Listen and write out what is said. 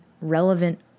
relevant